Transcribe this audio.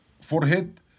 forehead